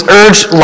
urged